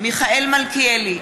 מיכאל מלכיאלי,